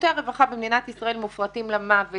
שירותי הרווחה במדינת ישראל מופרטים למוות